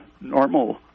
normal